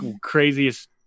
Craziest